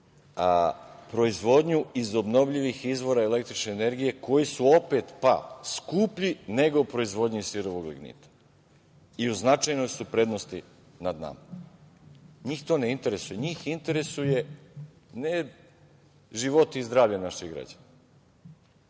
proizvodnju iz obnovljivih izvora električne energije koji su opet pa skuplji nego u proizvodnji sirovog lignita i u značajnoj su prednosti nad nama. Njih to ne interesuje. Njih interesuje ne životi i zdravlje naših građana,